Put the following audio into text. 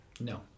No